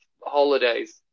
holidays